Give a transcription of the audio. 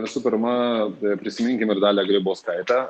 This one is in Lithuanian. visų pirma prisiminkim ir dalią grybauskaitę